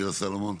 מירה סלומון.